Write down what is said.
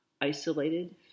isolated